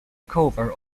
cover